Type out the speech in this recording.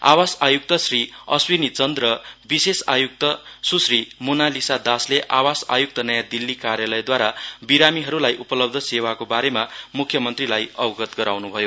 आवास आयुक्त श्री अस्वीनी चन्द र विशेष आयुक्त सुश्री मोनालीसा दासले आवास आयुक्त नयाँ दिल्ली कार्यालयद्वारा बिरामीहरूलाई उपलब्ध सेवाको बारेमा मुख्यमन्त्रीलाई अवगत गराउनु भयो